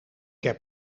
heb